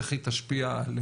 איך היא תשפיע על,